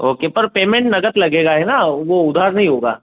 okay पर payment नगद लगेगा है न वो उधार नहीं होगा